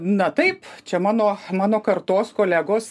na taip čia mano mano kartos kolegos